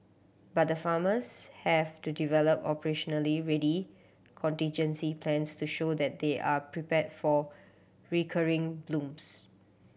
but the farmers have to develop operationally ready contingency plans to show that they are prepared for recurring blooms